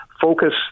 focus